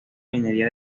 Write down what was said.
minería